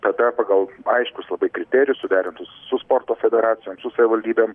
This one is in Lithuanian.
tada pagal aiškius labai kriterijus suderintus su sporto federacijom su savivaldybėm